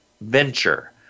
venture